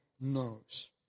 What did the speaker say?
knows